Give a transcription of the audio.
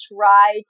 try